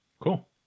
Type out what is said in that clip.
Cool